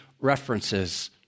references